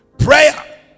Prayer